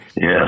Yes